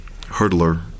hurdler